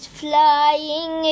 flying